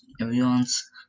Everyone's